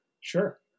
Sure